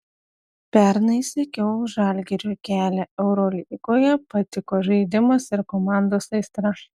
pernai sekiau žalgirio kelią eurolygoje patiko žaidimas ir komandos aistra